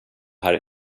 här